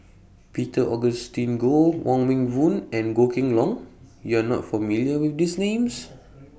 Peter Augustine Goh Wong Meng Voon and Goh Kheng Long YOU Are not familiar with These Names